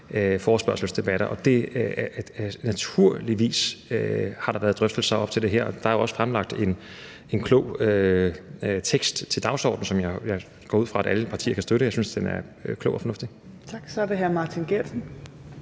hasteforespørgselsdebatter. Og der har naturligvis også være drøftelser op til det her, og der er også fremlagt en klog tekst til dagsordenen, som jeg går ud fra at alle partier kan støtte. Jeg synes, den er klog og fornuftig. Kl. 14:34 Fjerde næstformand